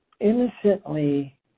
innocently